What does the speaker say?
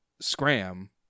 Scram